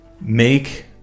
Make